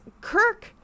Kirk